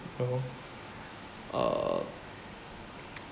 you know ah